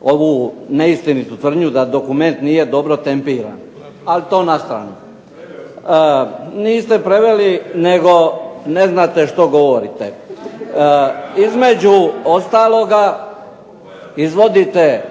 ovu neistinu tvrdnju da dokument nije dobro tempiran, ali to na stranu. Niste preveli nego ne znate što govorite. Između ostalog izvodite